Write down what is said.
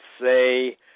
say